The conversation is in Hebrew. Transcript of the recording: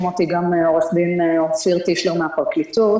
אותי גם עו"ד אופיר טישלר מהפרקליטות.